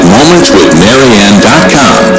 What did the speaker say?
MomentsWithMarianne.com